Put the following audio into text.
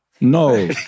No